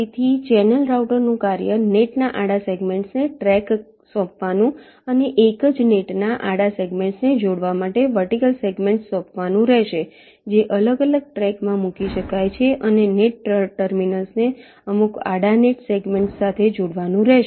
તેથી ચેનલ રાઉટરનું કાર્ય નેટના આડા સેગમેન્ટ્સને ટ્રેક્સ સોંપવાનું અને એક જ નેટના આડા સેગમેન્ટ્સને જોડવા માટે વર્ટિકલ સેગમેન્ટ્સ સોંપવાનું રહેશે જે અલગ અલગ ટ્રેકમાં મૂકી શકાય છે અને નેટ ટર્મિનલ્સને અમુક આડા નેટ સેગમેન્ટ્સ સાથે જોડવાનું રહેશે